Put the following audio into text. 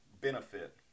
benefit